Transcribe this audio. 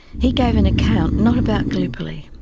he gave an account, not about gallipoli,